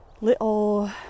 little